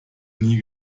nie